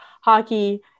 hockey